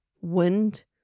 Wind